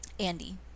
andy